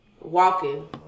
walking